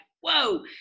whoa